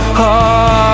heart